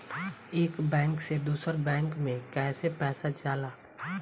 एक बैंक से दूसरे बैंक में कैसे पैसा जाला?